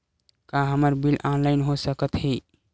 का हमर bill online हो सकत हे?